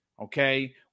Okay